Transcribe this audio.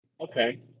Okay